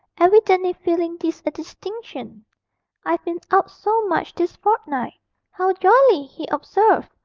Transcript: evidently feeling this a distinction i've been out so much this fortnight how jolly he observed,